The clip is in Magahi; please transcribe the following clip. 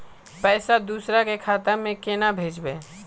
पैसा दूसरे के खाता में केना भेजबे?